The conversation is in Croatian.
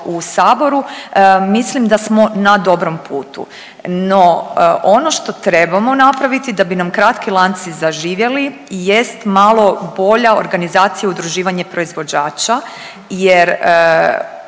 u Saboru, mislim da smo na dobrom putu. No, ono što trebamo napraviti da bi nam kratki lanci zaživjeli jest malo bolja organizacija i udruživanje proizvođača jer